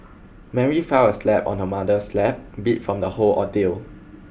Mary fell asleep on her mother's lap beat from the whole ordeal